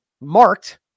marked